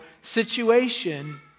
situation